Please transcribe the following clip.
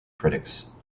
critics